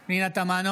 בעד פנינה תמנו,